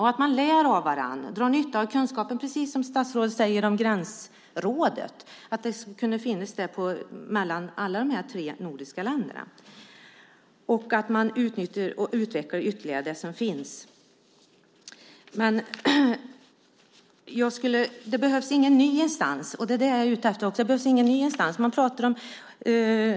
Man behöver lära av varandra, dra nytta av kunskapen - statsrådet säger att gränsrådet skulle kunna finnas vid gränserna i alla de tre nordiska länderna - och ytterligare utveckla det samarbete som finns. Men det behövs ingen ny instans.